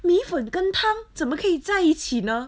米粉跟汤怎么可以在一起呢